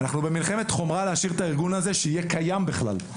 אנחנו במלחמת חורמה להשאיר את הארגון הזה שיהיה קיים בכלל.